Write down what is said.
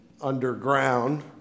underground